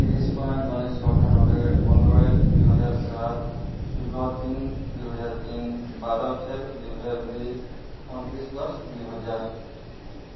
ତିରିଶ ପାଞ୍ଚ ଉଣେଇଶହ ଅଠାନବେ ପନ୍ଦର ଏକ ଦୁଇହଜାର ସାତ ଷୋହଳ ତିନି ଦୁଇହଜାର ତିନି ବାର ଚାରି ଦୁଇହଜାର ଦୁଇ ଅଣତିରିଶ ଦଶ ଦୁଇହଜାର